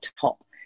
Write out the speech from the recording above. top